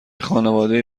خانواده